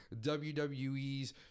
WWE's